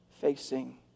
facing